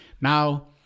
Now